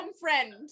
friend